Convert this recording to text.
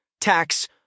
tax